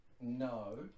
no